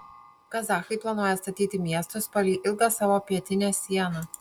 kazachai planuoja statyti miestus palei ilgą savo pietinę sieną